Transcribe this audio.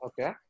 Okay